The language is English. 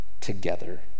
together